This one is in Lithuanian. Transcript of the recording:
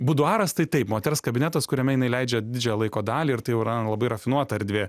buduaras tai taip moters kabinetas kuriame jinai leidžia didžiąją laiko dalį ir tai jau yra labai rafinuota erdvė